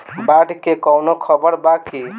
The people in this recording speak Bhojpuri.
बाढ़ के कवनों खबर बा की?